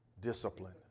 discipline